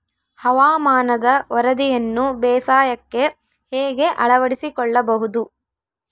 ಹವಾಮಾನದ ವರದಿಯನ್ನು ಬೇಸಾಯಕ್ಕೆ ಹೇಗೆ ಅಳವಡಿಸಿಕೊಳ್ಳಬಹುದು?